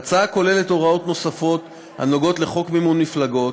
ההצעה כוללת הוראות נוספות הנוגעות בחוק מימון מפלגות,